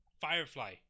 firefly